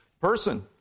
person